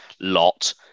lot